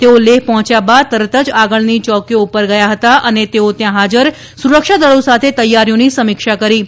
તેઓ લેફ પહોંચ્યા બાદ તરત જ આગળની ચોકીઓ પર ગયા હતા અને તેઓ ત્યાં હાજર સુરક્ષા દળો સાથે તૈયારીઓની સમીક્ષા કરશે